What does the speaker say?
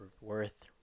worth